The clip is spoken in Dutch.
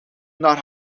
naar